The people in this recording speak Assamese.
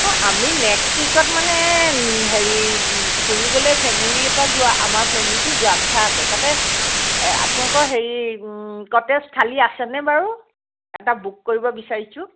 অ' আমি নেক্সট উইকত মানে হেৰি ফুৰিবলৈ ফেমিলি এটা যোৱা আমাৰ ফেমিলিটো যোৱা কথা আছে তাতে আপোনালোকৰ হেৰি কটেজ খালী আছেনে বাৰু এটা বুক কৰিব বিচাৰিছোঁ